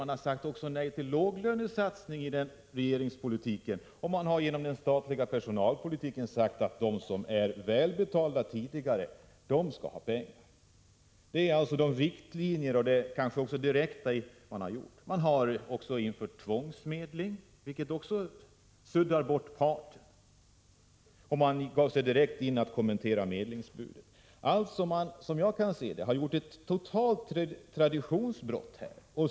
Man har också sagt nej till låglönesatsning i regeringspolitiken, och man har genom den statliga personalpolitiken sagt att de som tidigare är välbetalda, de skall ha pengar. Detta är alltså de riktlinjer man har, och också det som man direkt har gjort. Man har infört tvångsmedling, vilket också suddar bort parten, och man gav sig in på att kommentera medlingsbudet. Såvitt jag kan se har man alltså här gjort sig skyldig till ett totalt traditionsbrott.